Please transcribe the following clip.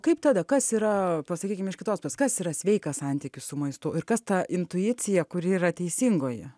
kaip tada kas yra pasakykim iš kitos pusės kas yra sveikas santykis su maistu ir kas ta intuicija kuri yra teisingoji